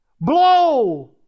blow